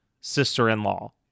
sister-in-law